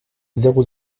zéro